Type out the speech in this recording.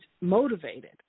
motivated